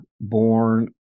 born